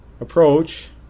approach